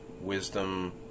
wisdom